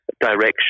direction